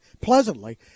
pleasantly